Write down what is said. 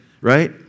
right